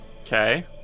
Okay